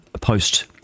post